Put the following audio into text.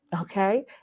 Okay